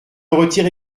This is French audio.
retire